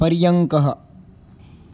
पर्यङ्कः